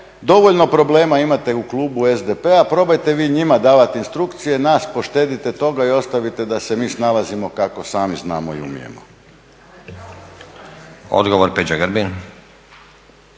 dovoljno problema imate u klubu SDP-a, probajte vi njima davat instrukcije, nas poštedite toga i ostavite da se mi snalazimo kako sami znamo i umijemo. **Stazić,